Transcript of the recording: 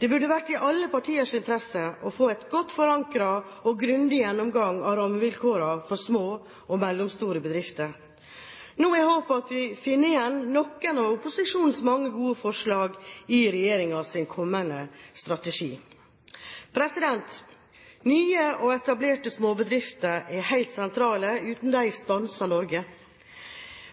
Det burde vært i alle partiers interesse å få en god forankring og grundig gjennomgang av rammevilkårene for små og mellomstore bedrifter. Nå er håpet at vi finner igjen noen av opposisjonens mange gode forslag i regjeringens kommende strategi. Nye og etablerte småbedrifter er helt sentrale. Uten dem stanser Norge.